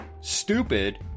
stupid